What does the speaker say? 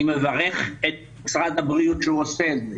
אני מברך את משרד הבריאות שהוא עושה את זה.